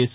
yes